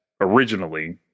originally